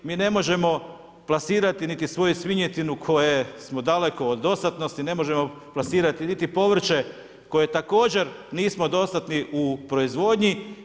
Mi ne možemo plasirati niti svoju svinjetinu koje smo daleko od dostatnosti, ne možemo plasirati niti povrće, koje također nismo dostatni u proizvodnji.